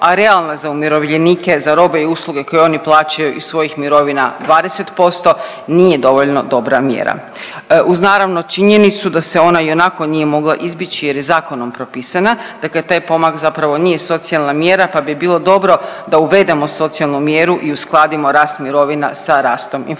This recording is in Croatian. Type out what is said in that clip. a realna za umirovljenike za robe i usluge koje oni plaćaju iz svojih mirovina 20% nije dovoljno dobra mjera uz naravno činjenicu da se ona ionako nije mogla izbjeći jer je zakonom propisana, dakle taj pomak zapravo nije socijalna mjera, pa bi bilo dobro da uvedemo socijalnu mjeru i uskladimo rast mirovina sa rastom inflacije.